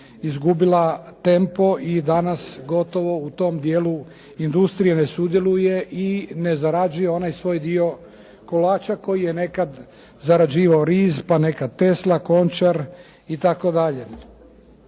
izgubila tempo i danas gotovo u tom dijelu ne sudjeluje i ne zarađuje onaj svoj dio kolača koji je nekad zarađivao RIZ, pa nekad Tesla, Končar itd.